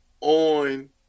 on